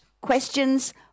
questions